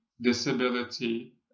disability